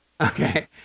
okay